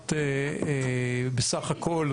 שאמרת בסך הכול,